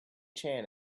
chan